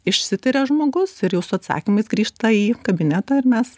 išsitiria žmogaus ir jau su atsakymais grįžta į kabinetą ir mes